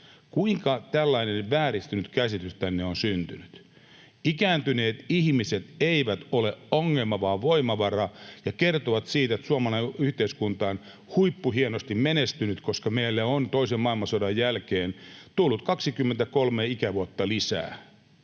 Kuinka tällainen vääristynyt käsitys tänne on syntynyt? Ikääntyneet ihmiset eivät ole ongelma vaan voimavara. Suomalainen yhteiskunta on huippuhienosti menestynyt, koska meillä on toisen maailmansodan jälkeen tullut 23 ikävuotta lisää.